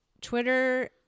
Twitter